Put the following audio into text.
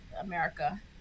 America